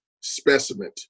specimen